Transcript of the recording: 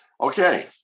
Okay